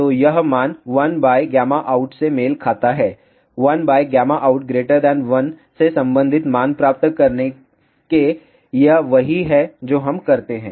तो यह मान 1out से मेल खाता है 1out 1 से संबंधित मान प्राप्त करने के यह वही है जो हम करते हैं